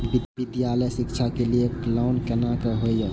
विद्यालय शिक्षा के लिय लोन केना होय ये?